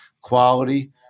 quality